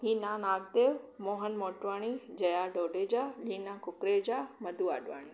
Hina Nagdev Mohan Motwani Jaya Dodeja Hina Kukreja Madhu Advani